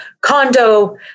condo